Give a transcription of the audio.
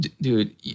Dude